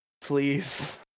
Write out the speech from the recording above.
please